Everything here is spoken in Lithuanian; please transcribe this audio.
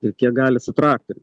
ir kiek gali su traktoriu